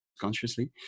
consciously